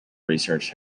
research